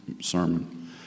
sermon